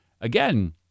Again